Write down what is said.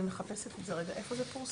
אני מחפשת את זה רגע, איפה זה פורסם?